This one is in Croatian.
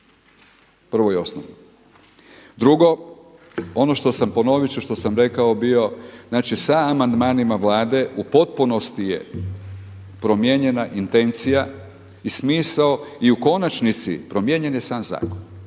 prvo i osnovno. Drugo, ponovit ću ono što sam rekao, znači sa amandmanima Vlade u potpunosti je promijenjena intencija i smisao i u konačnici promijenjen je sam zakon.